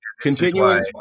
continuing-